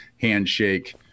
handshake